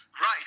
Right